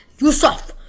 Yusuf